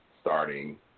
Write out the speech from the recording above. starting